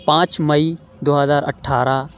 پانچ مئی دو ہزار اٹھارہ